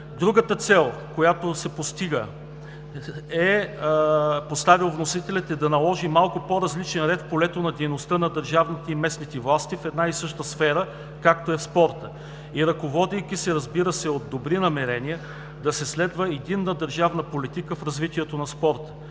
Другата цел, която си е поставил вносителят, е да наложи малко по-различен ред в полето на дейността на държавните и местните власти в една и съща сфера, каквато е спортът и ръководейки се, разбира се, от добри намерения да се следва единна държавна политика в развитието на спорта.